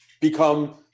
become